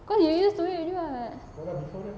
cause you used to it already [what]